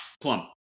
Plum